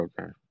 okay